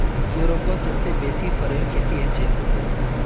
यूरोपत सबसे बेसी फरेर खेती हछेक